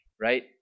right